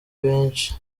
benshi